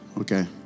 Okay